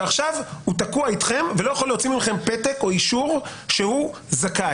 ועכשיו הוא תקוע אתכם ולא יכול להוציא מכם פתק או אישור שהוא זכאי.